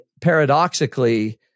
paradoxically